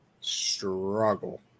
Struggle